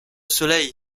soleil